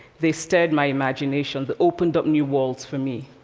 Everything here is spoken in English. they stirred my imagination. they opened up new worlds for me.